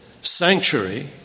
sanctuary